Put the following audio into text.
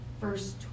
verse